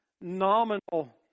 nominal